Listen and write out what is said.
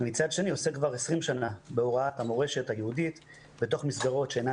ומצד שני עוסק כבר 20 שנה בהוראת המורשת היהודית בתוך מסגרות שאינן